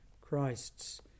Christ's